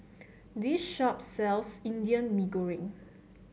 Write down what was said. this shop sells Indian Mee Goreng